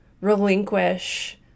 relinquish